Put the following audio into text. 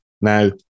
Now